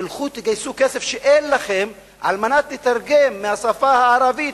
תלכו תגייסו כסף שאין לכם על מנת לתרגם מהשפה הערבית,